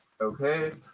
okay